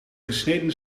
gesneden